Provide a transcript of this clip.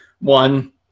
One